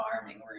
farming